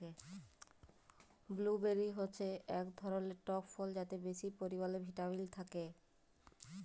blueberry হচ্যে এক ধরলের টক ফল যাতে বেশি পরিমালে ভিটামিল থাক্যে